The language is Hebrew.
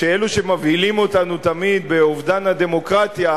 שאלו שמבהילים אותנו תמיד באובדן הדמוקרטיה,